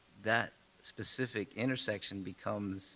that specific intersection becomes